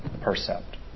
percept